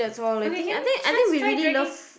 okay can we just try dragging